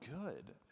good